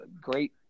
great